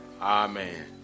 Amen